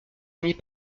finit